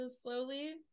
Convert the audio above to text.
slowly